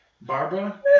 Barbara